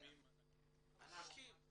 סכומים ענקיים.